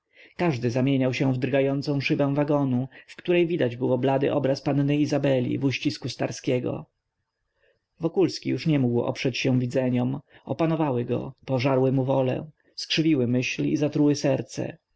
każdy zamieniał się w drgającą szybę wagonu w której widać było blady obraz panny izabeli w uścisku starskiego wokulski już nie mógł oprzeć się widzeniom opanowały go pożarły mu wolę skrzywiły myśl i zatruły serce